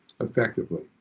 effectively